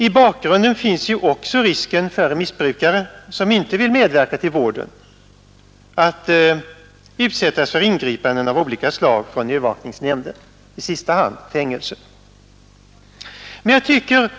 I bakgrunden finns också risken för att missbrukaren som inte vill medverka till vården kan bli utsatt för ingripanden av olika slag från övervakningsnämnden, i sista hand fängelse.